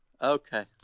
Okay